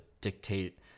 dictate